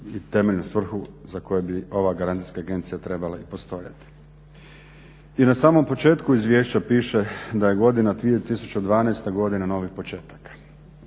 i temeljnu svrhu za koju bi ova garancijska agencija trebala i postojati. I na samom početku izvješća piše da je godina 2012.godina novih početaka.